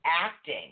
acting